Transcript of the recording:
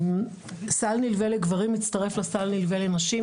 סל נלווה לגברים מצטרף לסל נלווה לנשים.